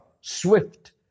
SWIFT